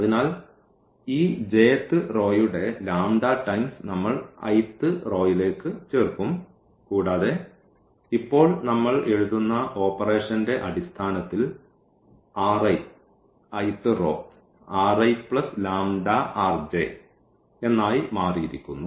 അതിനാൽ ഈ j th റോയുടെ λ ടൈംസ് നമ്മൾ i th റോയിലേക്ക് ചേർക്കും കൂടാതെ ഇപ്പോൾ നമ്മൾ എഴുതുന്ന ഓപ്പറേഷന്റെ അടിസ്ഥാനത്തിൽ റോ എന്നായി മാറിയിരിക്കുന്നു